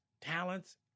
talents